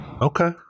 Okay